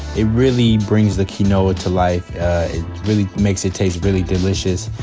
it really brings the quinoa to life. it really makes it taste really delicious.